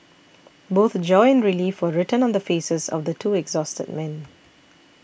both joy and relief were written on the faces of the two exhausted men